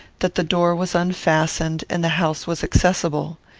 that the door was unfastened and the house was accessible.